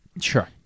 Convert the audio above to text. sure